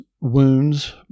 wounds